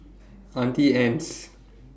Auntie Anne's